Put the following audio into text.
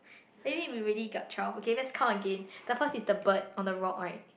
maybe we already got twelve okay let's count again the first is the bird on the rock right